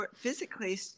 physically